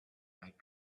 might